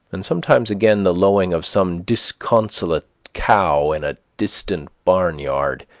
and sometimes again the lowing of some disconsolate cow in a distant barn-yard.